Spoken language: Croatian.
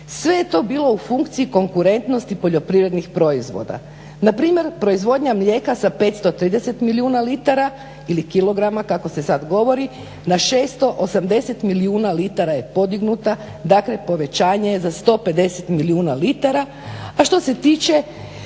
Sve je to bilo u funkciji konkurentnosti poljoprivrednih proizvoda, npr. proizvodnja mlijeka sa 530 milijuna litara ili kilograma kako se sad govori na 680 milijuna litara je podignuta, dakle povećanje je za 150 milijuna litara, a što se tiče